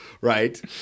Right